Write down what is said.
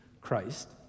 Christ